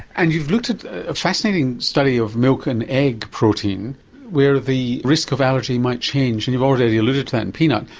and you've looked at a fascinating study of milk and egg protein where the risk of allergy might change and you've already alluded to that in peanut,